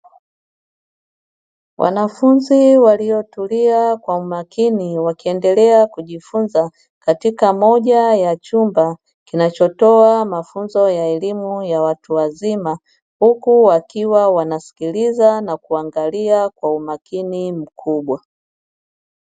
Wanafunzi waliotulia kwa umakini, wakiendelea kujifunza katika moja ya chumba kinachotoa elimu ya watu wazima huku wakiwa wanasikiliza na kuangalia kwa umakini mkubwa.